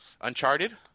Uncharted